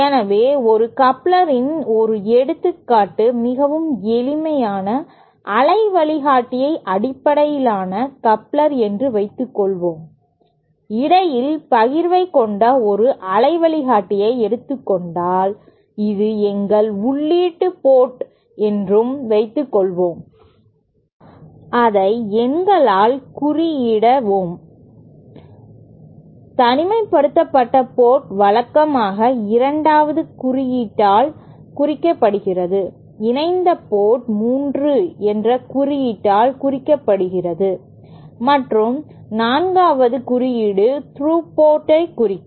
எனவே ஒரு கப்ளரின் ஒரு எடுத்துக்காட்டு மிகவும் எளிமையான அலை வழிகாட்டி அடிப்படையிலான கப்ளர் என்று வைத்துக்கொள்வோம் இடையில் பகிர்வை கொண்ட ஒரு அலை வழிகாட்டியை எடுத்துக்கொண்டால் இது எங்கள் உள்ளீட்டு போர்ட் என்றும் வைத்துக்கொள்வோம்அதை எண்களால் குறியீடு வோம் தனிமைப்படுத்தப்பட்ட போர்ட் வழக்கமாக 2 குறியீட்டால் குறிக்கப்படுகிறது இணைந்த போர்ட் 3 குறியீட்டால் குறிக்கப்படுகிறது மற்றும் 4 குறியீடு த்ரூ போர்ட் ஐ குறிக்கும்